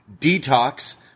detox